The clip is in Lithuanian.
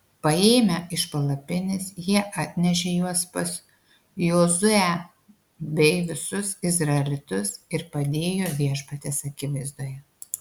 paėmę iš palapinės jie atnešė juos pas jozuę bei visus izraelitus ir padėjo viešpaties akivaizdoje